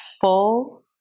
full